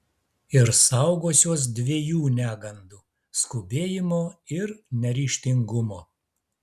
ir saugosiuos dviejų negandų skubėjimo ir neryžtingumo